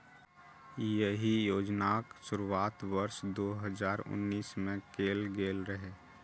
एहि योजनाक शुरुआत वर्ष दू हजार उन्नैस मे कैल गेल रहै